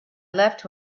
left